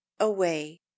away